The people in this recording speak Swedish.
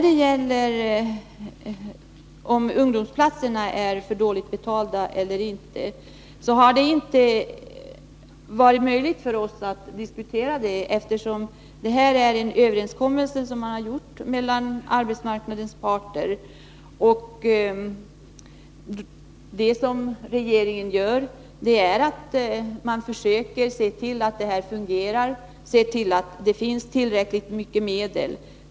Det har inte varit möjligt för oss att diskutera om ungdomsplatserna är för dåligt betalda eller ej, eftersom det här är fråga om en överenskommelse mellan arbetsmarknadens parter. Regeringen försöker se till att systemet fungerar och att det finns tillräckliga medel.